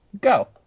Go